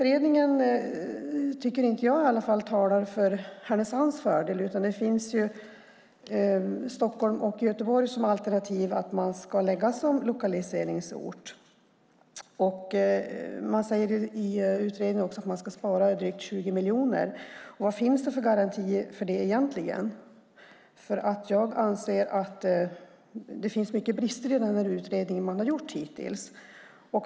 Jag tycker inte att utredningen talar till Härnösands fördel. Stockholm och Göteborg är alternativ som lokaliseringsorter. I utredningen säger man också att man ska spara drygt 20 miljoner. Vad finns det egentligen för garantier för detta? Jag anser att det finns mycket brister i utredningen hittills.